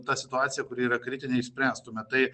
tą situaciją kuri yra kritinė išspręstume tai